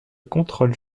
contrôle